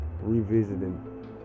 revisiting